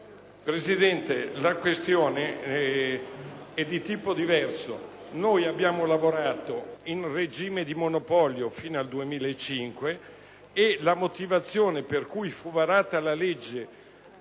Presidente, la questione è diversa. Noi abbiamo lavorato in regime di monopolio fino al 2005. La motivazione per cui fu varata la legge